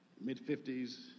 Mid-50s